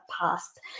past